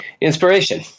inspiration